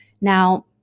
Now